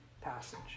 passage